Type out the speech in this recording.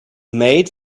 made